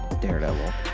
Daredevil